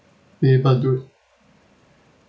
be able to do